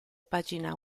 pagine